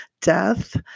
death